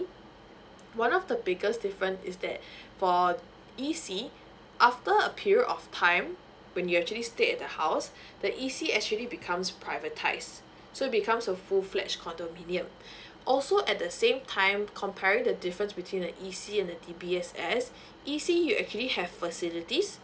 one of the biggest different is that for E_C after a period of time when you actually stay in the house the E_C actually becomes priorities so becomes a full flats condominium also at the same time comparing the difference between the E_C and the D_B_S_S E_C you actually have facilities